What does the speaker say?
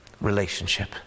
relationship